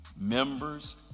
members